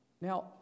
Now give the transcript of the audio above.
Now